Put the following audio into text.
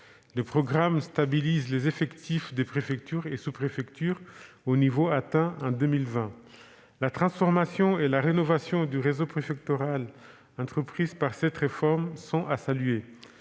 Le programme stabilise les effectifs des préfectures et sous-préfectures au niveau atteint en 2020. La transformation et la rénovation du réseau préfectoral entreprises par cette réforme sont à saluer.